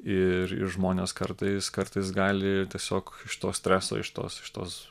ir ir žmonės kartais kartais gali tiesiog iš to streso iš tos iš tos